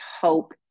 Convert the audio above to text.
hope